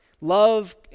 love